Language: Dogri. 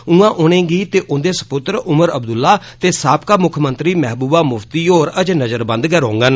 ऊआं ओह ते उंदे सपुत्र उमर अब्दुल्ला ते साबका मुक्खमंत्री महबुबा मुफ्ती होर अजें नज़रबंद गै रौंहडन